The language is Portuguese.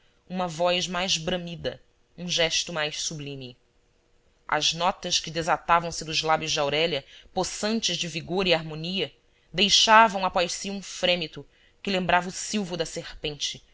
uma voz mais bramida um gesto mais sublime as notas que desatavam se dos lábios de aurélia possantes de vigor e harmonia deixavam após si um frêmito que lembrava o silvo da serpente